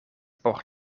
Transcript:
por